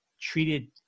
treated